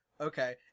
okay